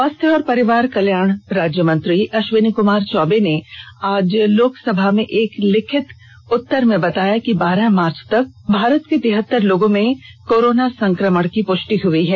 स्वास्थ्य और परिवार कल्याण राज्यमंत्री अश्विनी कुमार चौबे ने आज लोकसभा में एक लिखित उत्तर में बताया कि बारह मार्च तक भारत में तिहत्तर लोगों में कोरोना संक्रमण की पुष्टि हई है